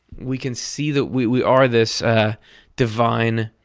we can see that we we are this divine.